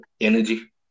energy